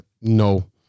No